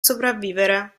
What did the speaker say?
sopravvivere